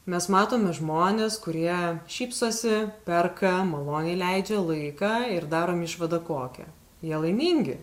mes matome žmones kurie šypsosi perka maloniai leidžia laiką ir darom išvadą kokią jie laimingi